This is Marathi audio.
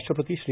राष्ट्रपती श्री